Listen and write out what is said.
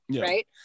Right